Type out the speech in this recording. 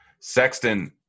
Sexton